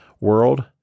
world